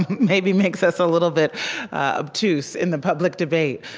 maybe makes us a little bit obtuse in the public debate